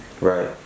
right